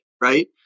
right